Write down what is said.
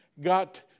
got